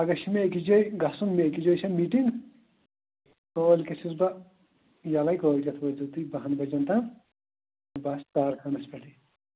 پَگاہ چھُ مےٚ أکِس جایہِ گژھُن مےٚ أکِس جایہِ چھَم میٖٹِنٛگ کٲلۍ کٮ۪تھ چھُس بہٕ یَلَے کٲلۍکٮ۪تھ وٲتۍزیٚو تُہۍ باہَن بَجن تام بہٕ آسہٕ کارخانَس پٮ۪ٹھٕے